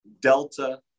Delta